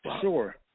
Sure